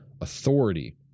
authority